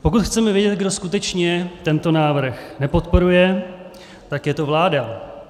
Pokud chceme vědět, kdo skutečně tento návrh nepodporuje, je to vláda.